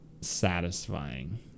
satisfying